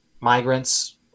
migrants